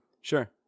Sure